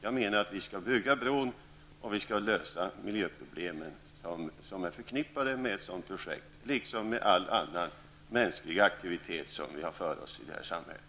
Jag menar att vi skall bygga bron och lösa de miljöproblem som är förknippade med ett sådant projekt liksom med all annan mänsklig aktivitet som vi har för oss i samhället.